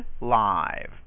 live